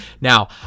Now